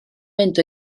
mynd